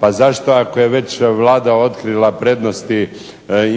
Pa zašto ako je već Vlada otkrila prednosti